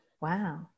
Wow